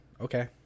okay